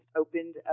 opened